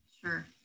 sure